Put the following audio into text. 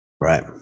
Right